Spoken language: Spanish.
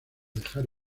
dejar